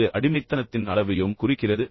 இது உங்கள் அடிமைத்தனத்தின் அளவையும் குறிக்கிறது